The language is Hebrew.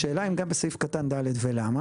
השאלה אם גם בסעיף קטן (ד) ולמה?